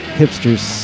hipsters